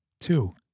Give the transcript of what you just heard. Two